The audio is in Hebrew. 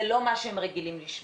זה לא מה שהם רגילים לשמוע.